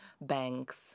banks